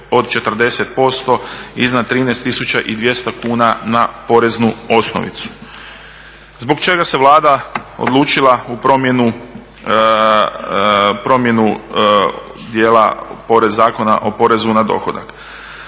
od 40% iznad 13,200 kuna na poreznu osnovicu. Zbog čega se Vlada odlučila u promjenu dijela Zakona o porezu na dohodak?